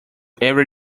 every